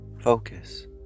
Focus